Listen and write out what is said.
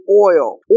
oil